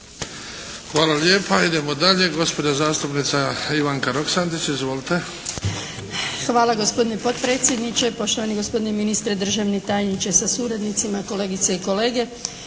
Hvala lijepa. Idemo dalje. Gospođa zastupnica Ivanka Roksandić. Izvolite. **Roksandić, Ivanka (HDZ)** Hvala gospodine potpredsjedniče, poštovani gospodine ministre, državni tajniče sa suradnicima, kolegice i kolege.